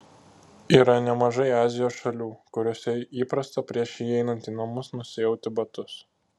yra nemažai azijos šalių kuriose įprasta prieš įeinant į namus nusiauti batus